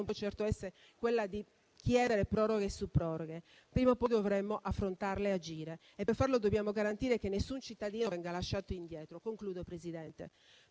non può certo essere quella di chiedere proroghe su proroghe. Prima o poi dovremo affrontarla e agire e per farlo dobbiamo garantire che nessun cittadino venga lasciato indietro. Lo dobbiamo